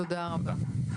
תודה רבה.